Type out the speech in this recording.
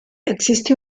existe